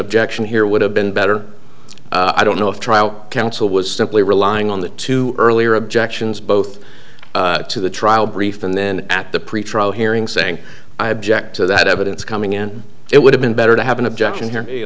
objection here would have been better i don't know if trial counsel was simply relying on the two earlier objections both to the trial brief and then at the pretrial hearing saying i object to that evidence coming in it would have been better to have an objection here